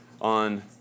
on